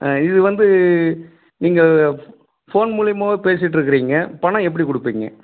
ஆ இது வந்து நீங்கள் ஃபோன் மூலிமாவே பேசிட்டுருக்குறீங்க பணம் எப்படி கொடுப்பீங்க